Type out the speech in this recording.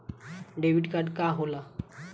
Debit card का होला?